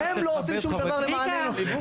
אתה תכבד חברי כנסת.